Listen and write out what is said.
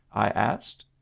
i asked.